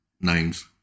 names